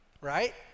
right